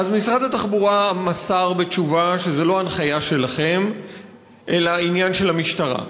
משרד התחבורה מסר בתשובה שזו לא הנחיה שלכם אלא עניין של המשטרה.